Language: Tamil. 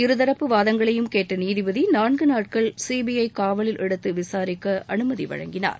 இருதரப்பு வாதங்களையும் கேட்ட நீதிபதி நான்கு நாட்கள் சிபிஐ காவலில் எடுத்து விசாரிக்க அனுமதி வழங்கினார்